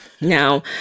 Now